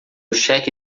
cheque